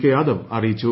K Yadav അറിയിച്ചു